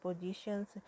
positions